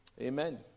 Amen